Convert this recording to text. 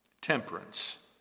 Temperance